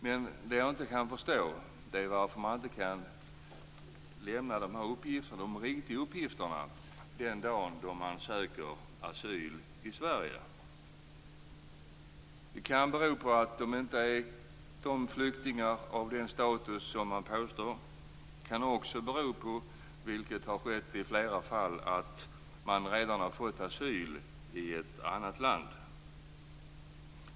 Men jag kan inte förstå varför man inte kan lämna de riktiga uppgifterna den dag då de söker asyl i Sverige. Det kan bero på att de inte har den flyktingstatus som de påstår. Det kan också bero på, vilket har skett i flera fall, att de redan har fått asyl i ett annat land.